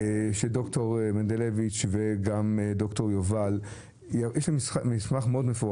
שד"ר ספי מנדלוביץ וד"ר יובל דאדון יעברו על המסמך.